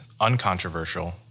uncontroversial